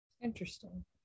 Interesting